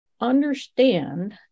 Understand